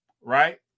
Right